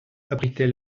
abritait